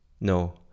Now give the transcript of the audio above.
No